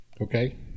okay